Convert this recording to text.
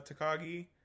Takagi